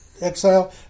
exile